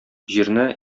җирне